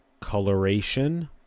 coloration